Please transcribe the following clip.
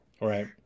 right